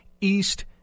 East